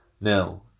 Now